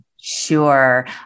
Sure